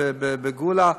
בגאולה,